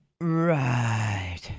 Right